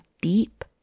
deep